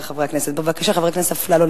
בבקשה, חבר הכנסת אפללו.